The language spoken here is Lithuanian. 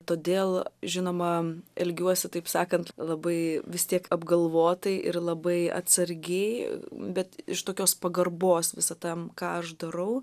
todėl žinoma elgiuosi taip sakant labai vis tiek apgalvotai ir labai atsargiai bet iš tokios pagarbos visa tam ką aš darau